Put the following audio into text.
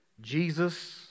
Jesus